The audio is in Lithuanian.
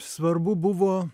svarbu buvo